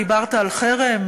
דיברת על חרם,